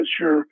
sure